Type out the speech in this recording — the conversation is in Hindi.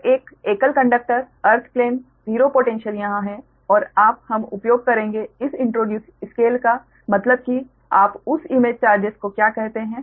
तो एक एकल कंडक्टर अर्थ प्लेन 0 पोटैन्श्यल यहाँ है और आप हम उपयोग करेंगे इस इंट्रोड्यूस स्केलका मतलब कि आप उस इमेज चार्जेस को क्या कहते हैं